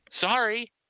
Sorry